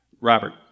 Robert